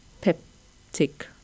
peptic